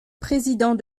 président